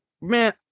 man